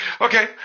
Okay